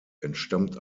entstammt